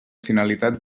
finalitat